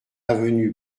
avenue